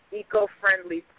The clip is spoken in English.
eco-friendly